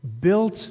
built